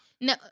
No